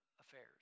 affairs